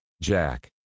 Jack